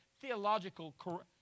Theological